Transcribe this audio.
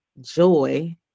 joy